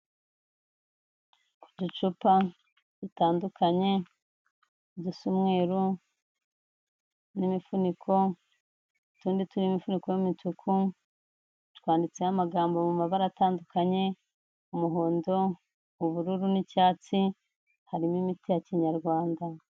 Uducupa dutandukanye dusa umweru n'imifuniko, utundi turiho imifuniko y'imituku, twanditseho amagambo mu mabara atandukanye umuhondo, ubururu n'icyatsi, harimo imiti ya Kinyarwanda.